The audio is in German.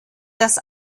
das